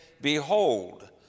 Behold